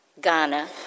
Ghana